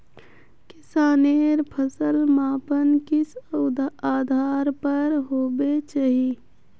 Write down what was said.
किसानेर फसल मापन किस आधार पर होबे चही?